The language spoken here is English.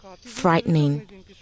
frightening